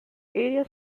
areas